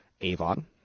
Avon